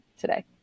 today